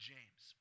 James